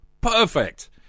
Perfect